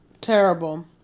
Terrible